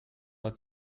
mal